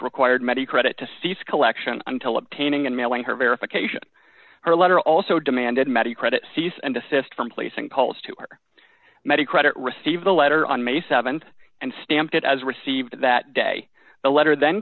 required many credit to cease collection until obtaining and mailing her verification her letter also demanded medi credit cease and desist from placing calls to her many credit received a letter on may th and stamped it as received that day the letter then